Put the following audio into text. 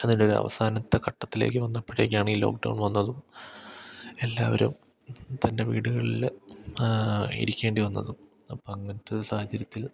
അതിൻ്റെ ഒരു അവസാനത്തെ ഘട്ടത്തിലേക്ക് വന്നപ്പോഴേക്കാണ് ഈ ലോക്ക്ഡൗൺ വന്നതും എല്ലാവരും തൻ്റെ വീടുകളില് ഇരിക്കേണ്ടിവന്നതും അപ്പോള് അങ്ങനത്തെ സാഹചര്യത്തിൽ